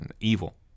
Evil